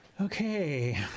Okay